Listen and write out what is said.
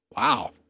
Wow